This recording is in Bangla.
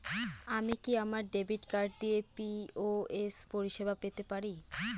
আমি কি আমার ডেবিট কার্ড দিয়ে পি.ও.এস পরিষেবা পেতে পারি?